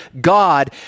God